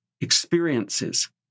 experiences